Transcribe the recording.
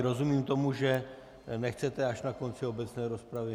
Rozumím tomu, že nechcete až na konci obecné rozpravy?